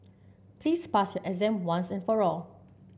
please pass your exam once and for all